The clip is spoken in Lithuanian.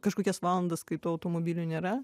kažkokias valandas kai tų automobilių nėra